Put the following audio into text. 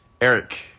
Eric